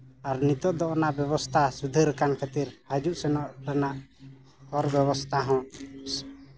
ᱟᱨ ᱱᱤᱛᱚᱜ ᱫᱚ ᱚᱱᱟ ᱵᱮᱵᱚᱥᱟᱛᱷᱟ ᱥᱩᱫᱷᱟᱹᱨ ᱟᱠᱟᱱᱟ ᱠᱷᱟᱹᱛᱤᱨ ᱦᱤᱡᱩᱜ ᱥᱮᱱᱚᱜ ᱨᱮᱱᱟᱜ ᱦᱚᱨ ᱵᱮᱵᱚᱥᱛᱷᱟ ᱦᱚᱸ